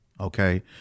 okay